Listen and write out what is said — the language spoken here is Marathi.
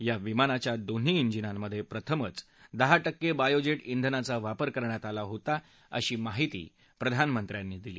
या विमानाच्या दोन्ही ाजिनांमधे प्रथमच दहा ाक्के बायो जे ा श्वेनाचा वापर करण्यात आला होता अशी माहिती प्रधानमंत्र्यांनी दिली